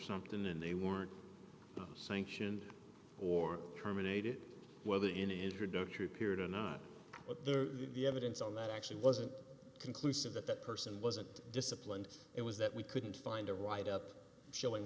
something and they weren't sanctioned or terminated whether in introductory period or not but there the evidence of that actually wasn't conclusive that that person wasn't disciplined it was that we couldn't find a write up showing